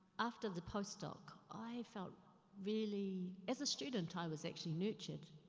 after the post doc, i felt really, as student i was actually nurtured,